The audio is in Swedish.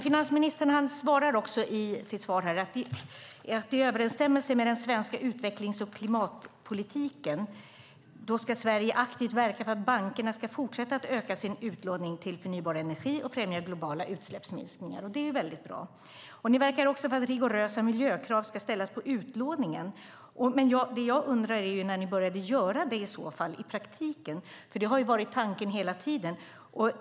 Finansministern säger i sitt svar att i överensstämmelse med den svenska utvecklings och klimatpolitiken ska Sverige aktivt verka för att bankerna ska fortsätta att öka sin utlåning till förnybar energi och främja globala utsläppsminskningar. Det är väldigt bra. Ni verkar också för att rigorösa miljökrav ska ställas på utlåningen. Men det som jag undrar är när ni så fall började göra det i praktiken, för det har ju varit tanken hela tiden.